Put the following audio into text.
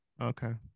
Okay